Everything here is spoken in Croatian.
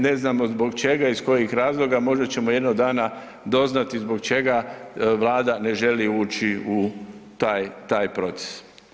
Ne znamo zbog čega, iz kojih razloga, možda ćemo jednog dana doznati zbog čega Vlada ne želi ući u taj, taj proces.